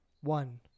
One